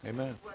Amen